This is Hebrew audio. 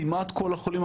כמעט כל החולים,